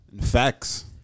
Facts